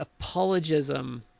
apologism